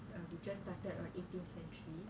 uh we just started on eighteenth century